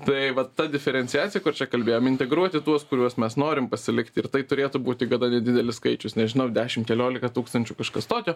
tai vat ta diferenciacija kur čia kalbėjom integruoti tuos kuriuos mes norim pasilikti ir tai turėtų būti gana nedidelis skaičius nežinau dešim keliolika tūkstančių kažkas tokio